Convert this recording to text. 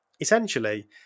essentially